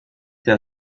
der